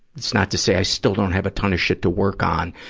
it's not to say i still don't have a ton of shit to work on.